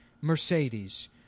Mercedes